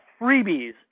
freebies